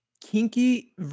kinky